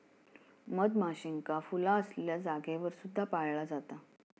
मधमाशींका फुला असलेल्या जागेवर सुद्धा पाळला जाता